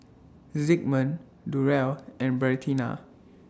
Zigmund Durell and Bertina